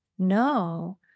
No